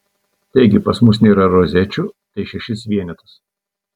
taigi pas mus nėra rozečių tai šešis vienetus